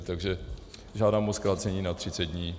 Takže žádám o zkrácení na 30 dní.